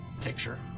picture